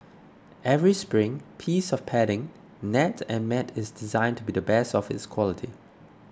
every spring piece of padding net and mat is designed to be the best of its quality